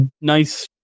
nice